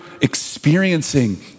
experiencing